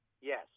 yes